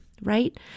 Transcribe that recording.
right